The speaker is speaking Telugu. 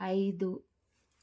ఐదు